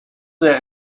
their